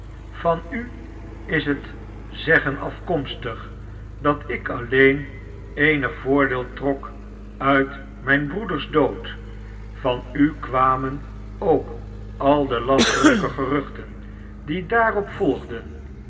van u is het zeggen afkomstig dat ik alleen eenigvoordeel trok uit mijn broeders dood van u kwamen ook al de lasterlijke geruchten die daarop volgden